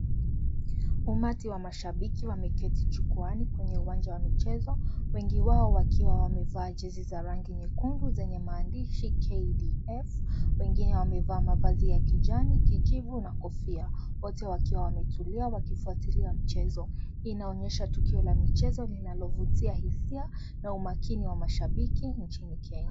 Umati wa mashabiki wa miketi jukwaani kwenye uwanja wa michezo wengi wao wakiwa wamevaa jezi za rangi nyekundu zenye maandishi KDF. Wengine wamevaa mavazi ya kijani, kijivu na kofia wote wakiwa wametulia wakifuatilia mchezo. Hii inaonyesha tukio la michezo linalovutia hisia na umakini wa mashabiki nchini Kenya.